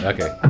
Okay